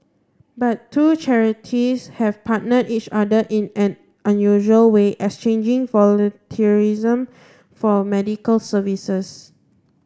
but two charities have partnered each other in an unusual way exchanging volunteerism for medical services